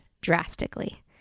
drastically